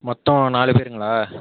மொத்தம் நாலு பேருங்களா